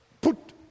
Put